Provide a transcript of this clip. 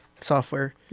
software